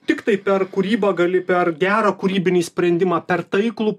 tiktai per kūrybą gali per gerą kūrybinį sprendimą per taiklų